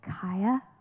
Kaya